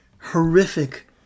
horrific